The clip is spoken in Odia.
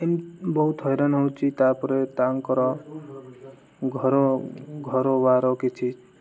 ଏମିତି ବହୁତ ହଇରାଣ ହେଉଛି ତାପରେ ତାଙ୍କର ଘର ଘରବାର କିଛି